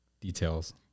details